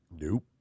Nope